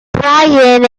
brian